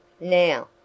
Now